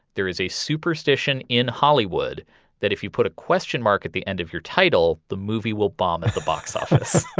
there is a superstition in hollywood that if you put a question mark at the end of your title, the movie will bomb at the box office.